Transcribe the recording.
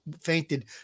fainted